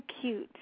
cute